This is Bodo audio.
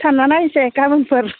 थांना नायनोसै गाबोनफोर